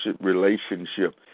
relationship